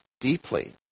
deeply